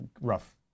rough